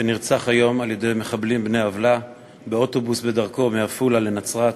שנרצח היום על-ידי מחבלים בני-עוולה באוטובוס בדרכו מעפולה לנצרת,